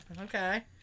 Okay